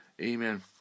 Amen